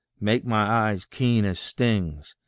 make my eyes keen as stings,